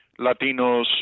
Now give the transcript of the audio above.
latinos